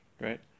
right